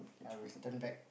I will turn back